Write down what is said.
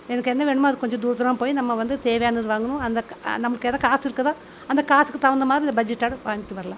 எனக்கு என்ன வேணுமோ அதை கொஞ்சம் தூரம் தூரமாக போய் நம்ம வந்து தேவையானதை வாங்கணும் அந்த நம்மளுக்கு எவ்வளோ காசு இருக்குதோ அந்த காசுக்கு தகுந்த மாதிரி பட்ஜெட்டோட வாங்கிகிட்டு வரலாம்